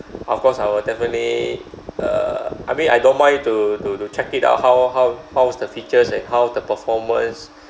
of course I will definitely uh I mean I don't mind to to to check it out how how how's the features and how the performance